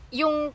yung